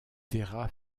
terra